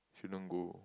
shouldn't go